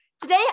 Today